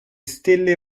stelle